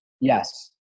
Yes